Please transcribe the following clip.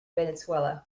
venezuela